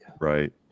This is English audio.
right